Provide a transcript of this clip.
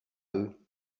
eux